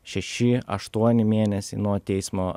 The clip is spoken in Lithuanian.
šeši aštuoni mėnesiai nuo teismo